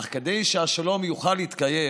אך כדי שהשלום יוכל להתקיים